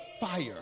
fire